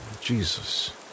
Jesus